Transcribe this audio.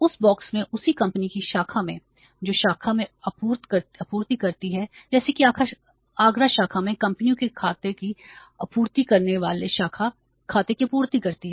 उस बॉक्स में उसी कंपनी की शाखा में जो शाखा में आपूर्ति करती है जैसे कि आगरा शाखा में कंपनियों के खाते की आपूर्ति करने वाले शाखा खाते की आपूर्ति करती है